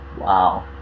Wow